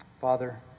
Father